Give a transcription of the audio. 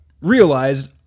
realized